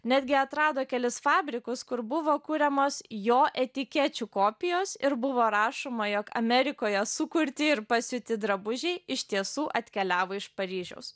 netgi atrado kelis fabrikus kur buvo kuriamos jo etikečių kopijos ir buvo rašoma jog amerikoje sukurti ir pasiūti drabužiai iš tiesų atkeliavo iš paryžiaus